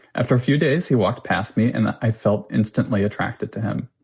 after a few days, he walked past me and i felt instantly attracted to him.